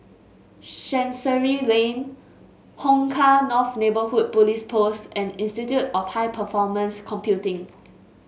Chancery Lane Hong Kah North Neighbourhood Police Post and Institute of High Performance Computing